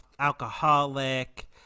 alcoholic